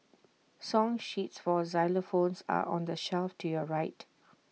song sheets for xylophones are on the shelf to your right